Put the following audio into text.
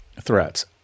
threats